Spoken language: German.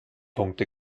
punkte